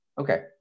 Okay